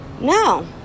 No